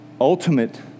ultimate